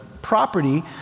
property